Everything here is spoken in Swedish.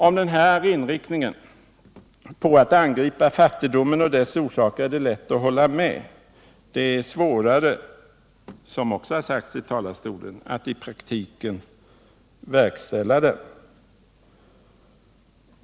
Om den här inriktningen på att angripa fattigdomen och dess orsaker är det lätt att hålla med; det är svårare — som det också har sagts i talarstolen — att i praktiken verkställa den inriktningen.